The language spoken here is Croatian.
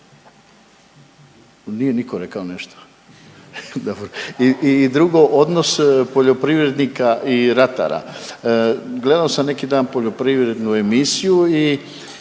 nije niko rekao nešto? Dobro. I drugo, odnos poljoprivrednika i ratara. Gledao sam neki dan poljoprivrednu emisiju i